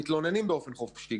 גם מתלוננים באופן חופשי